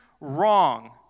wrong